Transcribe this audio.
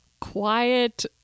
quiet